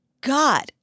God